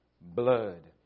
Blood